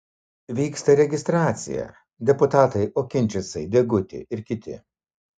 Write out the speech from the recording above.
vyksta registracija deputatai okinčicai deguti ir kiti